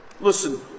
listen